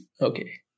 okay